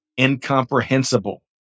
incomprehensible